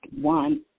one